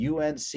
UNC